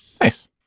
Nice